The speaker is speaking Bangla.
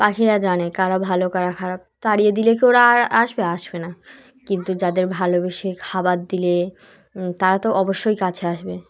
পাখিরা জানে কারা ভালো কারা খারাপ তাড়িয়ে দিলে কে ওরা আসবে আসবে না কিন্তু যাদের ভালোবেসে খাবার দিলে তারা তো অবশ্যই কাছে আসবে